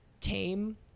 tame